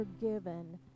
forgiven